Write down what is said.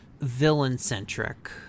villain-centric